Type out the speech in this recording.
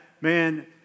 man